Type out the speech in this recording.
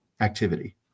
activity